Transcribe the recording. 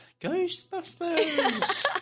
ghostbusters